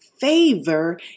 favor